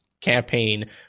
campaign